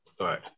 Right